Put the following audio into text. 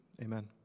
Amen